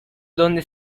donde